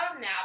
now